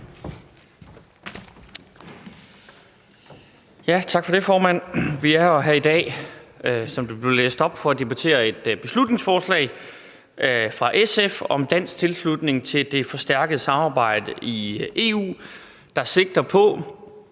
Tak for det, formand. Vi er her jo i dag, som det blev læst op, for at debattere et beslutningsforslag fra SF om dansk tilslutning til det forstærkede samarbejde i EU, der sigter på